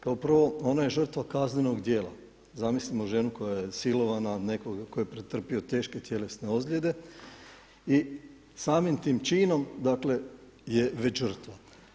Kao prvo, ona je žrtva kaznenog djela, zamislimo ženu koja je silovana, nekoga tko je pretrpio teške tjelesne ozljede i samim tim činom već žrtva.